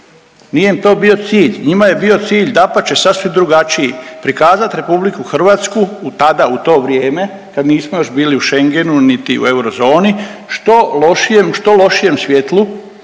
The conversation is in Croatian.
Nije im to bio cilj, njima je bio cilj, dapače sasvim drugačiji, prikazat kao RH, u tada, u to vrijeme kad nismo još bili u Schengenu i eurozoni, što lošijem, u